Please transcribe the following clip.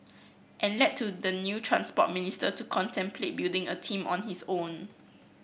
and led to the new Transport Minister to contemplate building a team on his own